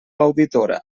auditora